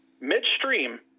midstream